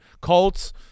Colts